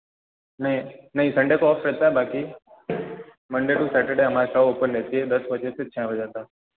नहीं नहीं संडे को ऑफ़ रहता है बाकी मंडे टू सैटरडे हमारा शॉप ओपन रहती है दस बजे से छः बजे तक ऐसा है